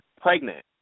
pregnant